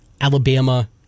Alabama